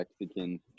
Mexican